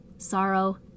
Sorrow